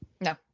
No